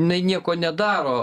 jinai nieko nedaro